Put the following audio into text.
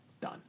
done